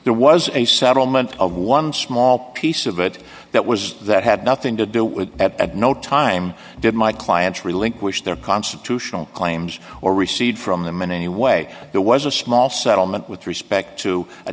there was a settlement of one small piece of it that was that had nothing to do with that at no time did my clients relinquish their constitutional claims or received from the mini way there was a small settlement with respect to